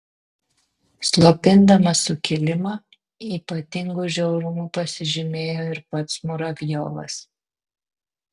slopindamas sukilimą ypatingu žiaurumu pasižymėjo ir pats muravjovas